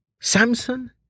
Samson